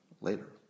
later